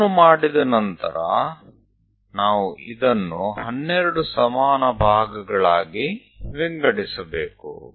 ಇದನ್ನು ಮಾಡಿದ ನಂತರ ನಾವು ಇದನ್ನು 12 ಸಮಾನ ಭಾಗಗಳಾಗಿ ವಿಂಗಡಿಸಬೇಕು